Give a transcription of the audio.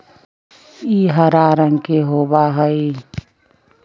ई हरा रंग के होबा हई